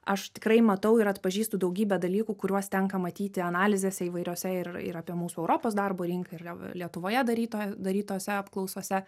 aš tikrai matau ir atpažįstu daugybę dalykų kuriuos tenka matyti analizėse įvairiose ir ir apie mūsų europos darbo rinką ir lietuvoje daryto darytose apklausose